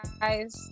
guys